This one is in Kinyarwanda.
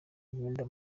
imyenda